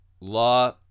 law